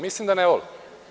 Mislim da ne vole.